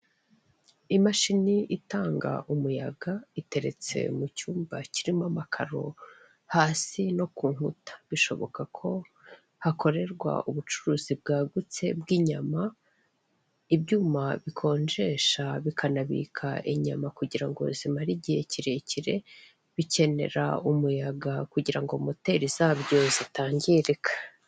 Imashini itanga umuyaga, iteretse mu cyumba kirimo amakaro, hasi no ku nkuta. Bishoboka ko hakorerwa ubucuruzi bwagutse bw'inyama, ibyuma bikonjesha bikanabika inyama kugira ngo zimare igihe kirekire, bikenera umuyaga kugira ngo moteli zabyo zitangirika.